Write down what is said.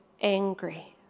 angry